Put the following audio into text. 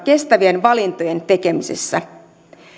kestävien valintojen tekemisessä